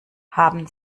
haben